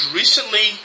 recently